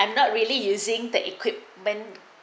I'm not really using the equipment